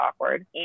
awkward